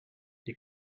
ning